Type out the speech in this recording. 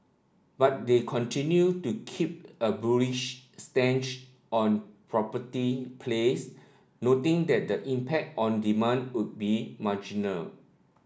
but they continued to keep a bullish stance on property plays noting that the impact on demand would be marginal